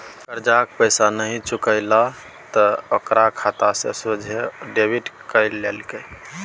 करजाक पैसा नहि चुकेलके त ओकर खाता सँ सोझे डेबिट कए लेलकै